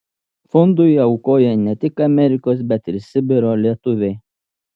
fondui aukoja ne tik amerikos bet ir sibiro lietuviai